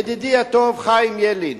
ידידי הטוב חיים ילין,